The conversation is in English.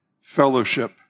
fellowship